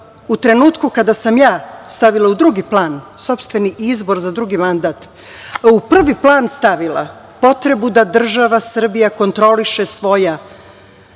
u trenutku kada sam ja stavila u drugi plan sopstveni izbor za drugi mandat, a u prvi plan stavila potrebu da država Srbija kontroliše svoja